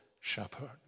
shepherd